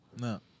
No